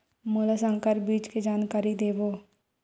मोला संकर बीज के जानकारी देवो?